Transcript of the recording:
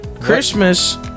Christmas